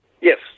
Yes